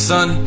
Son